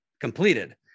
completed